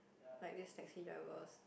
like this taxi driver's